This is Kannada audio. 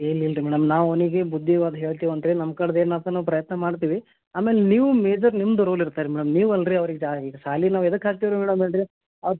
ಏನೂ ಇಲ್ರಿ ಮೇಡಮ್ ನಾವು ಅವ್ನಿಗೆ ಬುದ್ದಿವಾದ ಹೇಳ್ತೀವಿ ಅಂದರೆ ನಮ್ಕಡೆದು ಏನಾತು ನಾವು ಪ್ರಯತ್ನ ಮಾಡ್ತೀವಿ ಆಮೇಲೆ ನೀವು ಮೇಜರ್ ನಿಮ್ಮದು ರೋಲ್ ಇರ್ತದ್ ರೀ ನೀವೇ ಅಲ್ರಿ ಜಾ ಇದು ಶಾಲಿಗ್ ನಾವು ಯಾದಕ್ ಹಾಕ್ತೀವಿ ರೀ ಮೇಡಮ್ ಹೇಳಿ ರೀ ಅವ್ರು